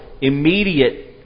immediate